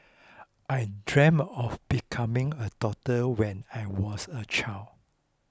I dreamt of becoming a doctor when I was a child